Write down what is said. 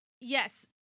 Yes